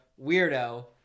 Weirdo